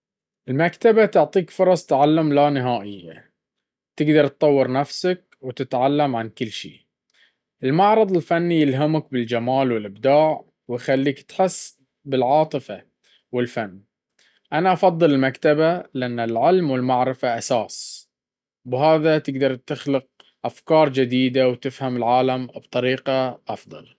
المكتبة تعطيك فرص تعلم لا نهائية، تقدر تطور نفسك وتتعلم عن كل شي. المعرض الفني يلهمك بالجمال والإبداع، ويخليك تحس بالعاطفة والفن. أنا أفضل المكتبة، لأن العلم والمعرفة أساس، وبهذا تقدر تخلق أفكار جديدة وتفهم العالم أفضل.